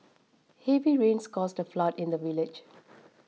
heavy rains caused a flood in the village